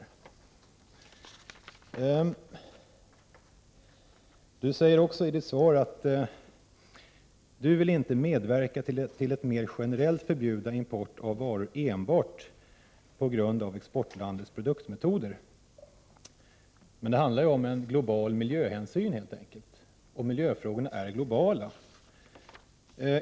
I sitt svar säger Anita Gradin också att hon inte vill medverka till ett mer generellt förbud för import av varor enbart på grund av exportlandets produktionsmetoder. Det handlar emellertid helt enkelt om en global miljöhänsyn. Miljöfrågorna är globala.